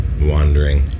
wandering